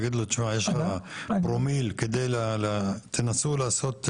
תגידו יש לך פרומיל --- תנסו לעשות --- תראה,